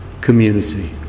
community